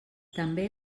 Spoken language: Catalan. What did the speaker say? també